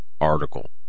article